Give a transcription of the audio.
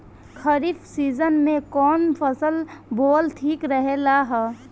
खरीफ़ season में कौन फसल बोअल ठिक रहेला ह?